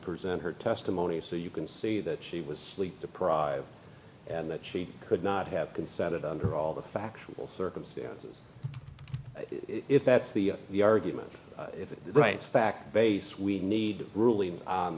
present her testimony so you can see that she was sleep deprived and that she could not have consented under all the factual circumstances if that's the the argument if it right fact based we need ruling